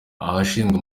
abashinzwe